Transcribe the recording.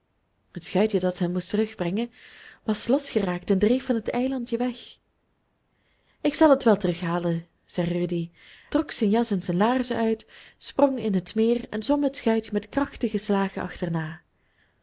het schuitje dat hen moest terugbrengen was losgeraakt en dreef van het eilandje weg ik zal het wel terughalen zei rudy trok zijn jas en zijn laarzen uit sprong in het meer en zwom het schuitje met krachtige slagen achterna